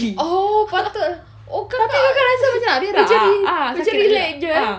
oh patut lah oh kakak macam re~ macam relax jer eh